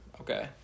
Okay